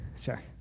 sure